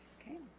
okay